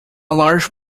large